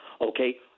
okay